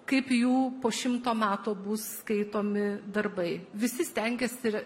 kaip jų po šimto metų bus skaitomi darbai visi stengiasi